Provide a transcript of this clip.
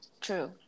true